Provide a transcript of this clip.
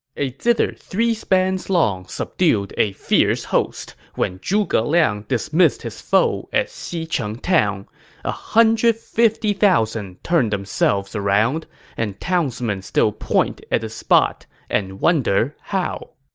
a zither three spans long subdued a fierce host when zhuge liang dismissed his foe at xicheng town a hundred fifty thousand turned themselves around and townsmen still point at the spot and wonder how!